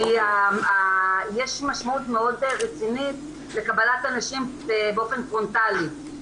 כי יש משמעות מאוד רצינית לקבלת אנשים באופן פרונטלי,